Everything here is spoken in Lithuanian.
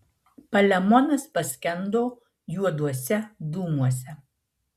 palemonas paskendo juoduose dūmuose